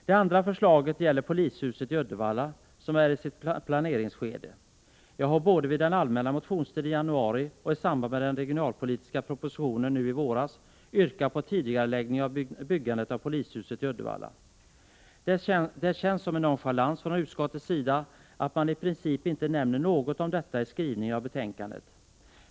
Ett annat förslag gäller polishuset i Uddevalla, som är i sitt planeringsskede. Jag har både vid den allmänna motionstiden i januari och i samband med den regionalpolitiska propositionen nu i våras yrkat på tidigareläggning av detta bygge. Det känns som en nonchalans från utskottets sida att det i princip inte nämns något om detta i skrivningen i betänkandet.